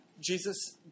Jesus